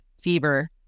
fever